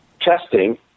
testing